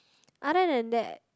other than that